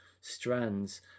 strands